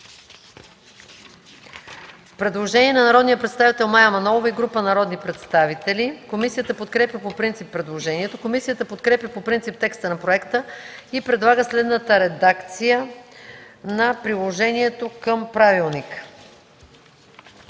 Предложение на Мая Манолова и група народни представители. Комисията подкрепя по принцип предложението. Комисията подкрепя по принцип текста на проекта и предлага следната редакция на приложението към правилника: